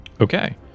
Okay